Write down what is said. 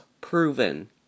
proven